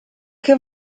che